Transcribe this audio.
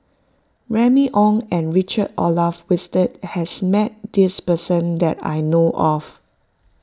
Remy Ong and Richard Olaf Winstedt has met this person that I know of